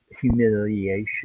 Humiliation